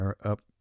up